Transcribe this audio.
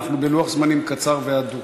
אנחנו בלוח זמנים קצר והדוק.